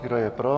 Kdo je pro?